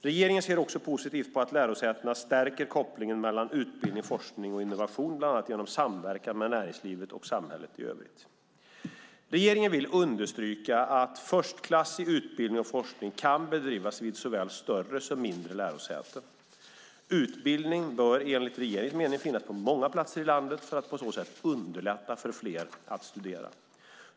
Regeringen ser också positivt på att lärosätena stärker kopplingen mellan utbildning, forskning och innovation, bland annat genom samverkan med näringslivet och samhället i övrigt. Regeringen vill understryka att förstklassig utbildning och forskning kan bedrivas vid såväl större som mindre lärosäten. Utbildning bör enligt regeringens mening finnas på många platser i landet, för att på så sätt underlätta för fler att studera.